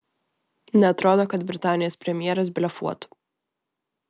neatrodo kad britanijos premjeras blefuotų